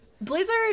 Blizzard